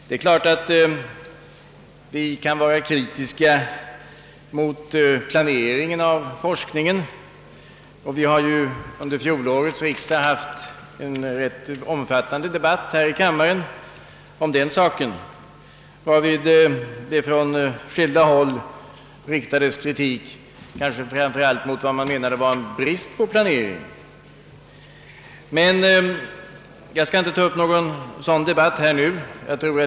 Men man har anledning vara kritisk mot planeringen av forskningen, och vid fjolårets riksdag hade vi ju också en ganska omfattande debatt om den saken här i kammaren. Då riktades det från skilda håll kritik framför allt mot vad man ansåg vara en brist på planering. Jag skall emellertid inte nu ta upp den debatten igen.